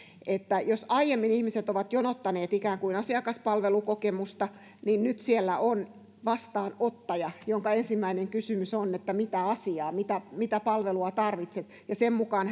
että jos aiemmin ihmiset ovat jonottaneet ikään kuin asiakaspalvelukokemusta niin nyt siellä on vastaanottaja jonka ensimmäinen kysymys on että mitä asiaa mitä mitä palvelua tarvitset ja sen mukaan